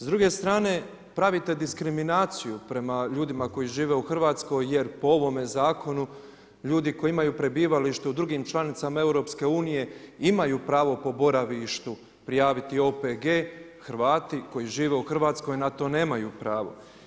S druge strane, pravite diskriminaciju prema ljudima koji žive u Hrvatskoj, jer po ovome zakonu, ljudi koji imaju prebivalište u drugim članicama EU, imaju pravo po boravištu prijaviti OPG, Hrvati koji žive u Hrvatskoj, na to nemaju pravo.